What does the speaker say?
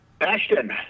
Ashton